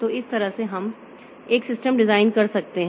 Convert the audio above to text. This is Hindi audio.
तो इस तरह से हम एक सिस्टम डिजाइन कर सकते हैं